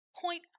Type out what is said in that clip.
Point